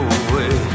away